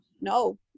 No